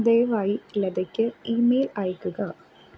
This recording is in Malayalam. ദയവായി ലതക്ക് ഇമെയിൽ അയയ്ക്കുക